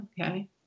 okay